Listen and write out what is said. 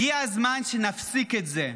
הגיע הזמן שנפסיק את זה.